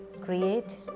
create